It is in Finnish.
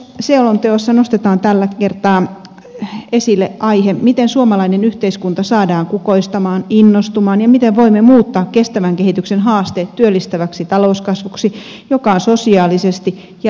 tulevaisuusselonteossa nostetaan tällä kertaa esille aihe miten suomalainen yhteiskunta saadaan kukoistamaan innostumaan ja miten voimme muuttaa kestävän kehityksen haasteet työllistäväksi talouskasvuksi joka on sosiaalisesti ja ekologisesti kestävää